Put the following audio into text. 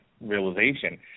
realization